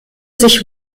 sich